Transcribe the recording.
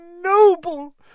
noble